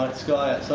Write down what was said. and sky so